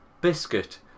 biscuit